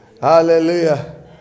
Hallelujah